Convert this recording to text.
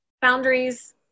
boundaries